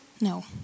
No